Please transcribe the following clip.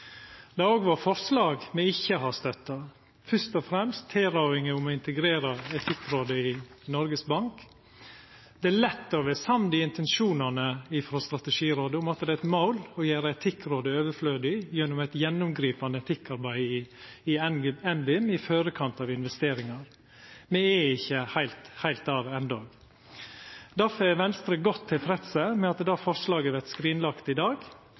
Det har òg vore forslag som me ikkje har støtta, fyrst og fremst tilrådinga om å integrera Etikkrådet i Noregs Bank. Det er lett å vera samd i intensjonane frå Strategirådet om at det er eit mål å gjera Etikkrådet overflødig gjennom eit gjennomgripande etikkarbeid i NBIM i forkant av investeringar. Me er ikkje heilt der endå. Derfor er me i Venstre godt tilfredse med at det forslaget vert skrinlagt i dag.